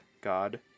God